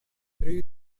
through